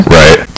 right